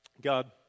God